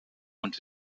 und